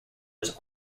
was